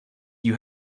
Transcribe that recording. you